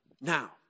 now